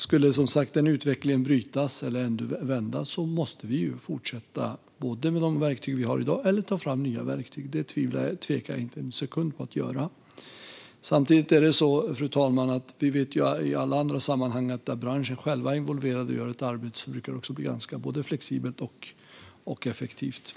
Som sagt: Skulle den utvecklingen brytas eller vända måste vi fortsätta med de verktyg vi har i dag eller ta fram nya verktyg. Det tvekar jag inte en sekund att göra. Samtidigt vet vi ju, fru talman, att i alla andra sammanhang där branschen själv är involverad och gör ett arbete brukar det bli ganska flexibelt och effektivt.